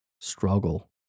struggle